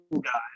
guys